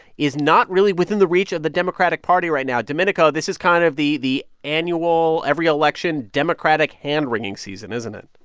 is not really within the reach of the democratic party right now. domenico, this is kind of the the annual, every-election democratic hand-wringing season, isn't it?